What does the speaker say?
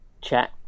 chat